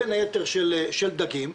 בין היתר של דגים.